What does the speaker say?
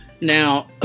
Now